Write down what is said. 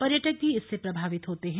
पर्यटक भी इससे प्रभावित होते हैं